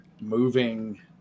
moving